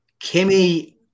Kimmy